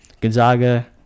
Gonzaga